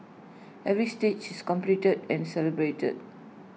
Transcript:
every stages completed and celebrated